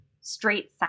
straight